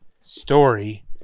story